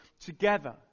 together